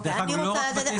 אגב, לא רק בבתי ספר.